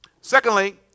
secondly